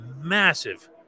massive